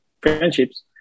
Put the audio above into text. friendships